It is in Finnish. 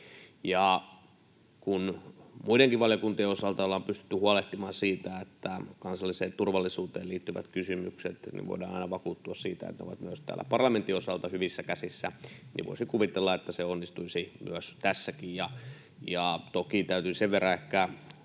Kun muidenkin valiokuntien osalta ollaan pystytty huolehtimaan siitä, että voidaan vakuuttua, että kansalliseen turvallisuuteen liittyvät kysymykset ovat myös täällä parlamentin osalta hyvissä käsissä, niin voisi kuvitella, että se onnistuisi myös tässäkin. Toki täytyy sen verran ehkä